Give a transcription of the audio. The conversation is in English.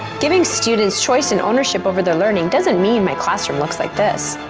giving students choice and ownership over their learning doesn't mean my classroom looks like this.